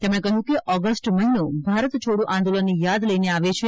તેમણે કહયું કે ઓગષ્ટ મહિનો ભારત છોડો આંદોલનની યાદ લઈને આવે છે